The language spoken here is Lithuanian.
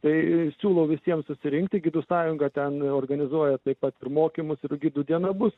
tai siūlau visiems susirinkti gidų sąjunga ten organizuoja taip pat ir mokymus ir gidų diena bus